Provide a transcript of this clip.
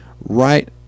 right